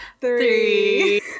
three